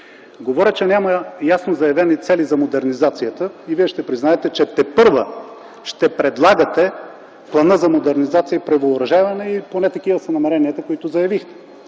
Говоря, че няма ясно заявени цели за модернизацията и вие ще признаете, че тепърва ще предлагате Плана за модернизация и превъоръжаване. Поне такива са намеренията, които заявихте